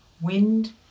wind